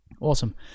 Awesome